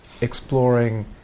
exploring